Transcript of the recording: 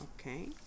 Okay